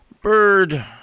Bird